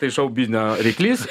tai šou biznio ryklys